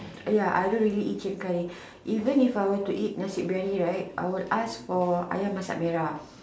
ya I don't really eat chicken curry even if I were to eat chicken biryani right I will ask for Ayam-Masak-Merah